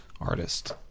artist